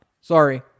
Sorry